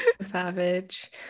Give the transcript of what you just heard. savage